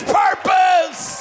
purpose